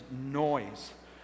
noise